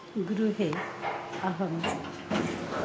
गृहे अहं